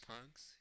Punks